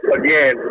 again